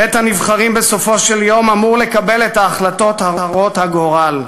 בית-הנבחרים בסופו של יום אמור לקבל את ההחלטות הרות הגורל.